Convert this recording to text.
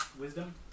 Wisdom